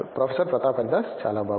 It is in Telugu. ప్రొఫెసర్ ప్రతాప్ హరిదాస్ చాలా బాగుంది